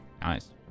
Nice